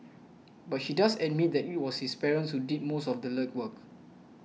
but she does admit that it was his parents who did most of the legwork